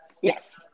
Yes